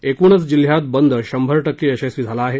एकूणच जिल्ह्यात बंद शंभर टक्के यशस्वी झाला आहे